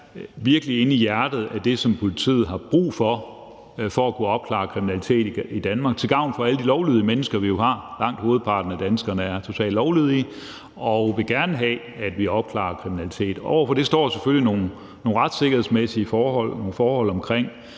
virkelig er inde i hjertet af det, som politiet har brug for for at kunne opklare kriminalitet i Danmark til gavn for alle de lovlydige mennesker, vi jo har. Langt hovedparten af danskerne er totalt lovlydige og vil gerne have, at vi opklarer kriminalitet. Over for det står selvfølgelig nogle retssikkerhedsmæssige forhold og